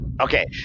Okay